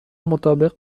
مطابق